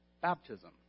baptism